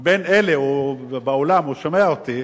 בין אלה, הוא באולם, הוא שומע אותי,